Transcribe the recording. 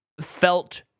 felt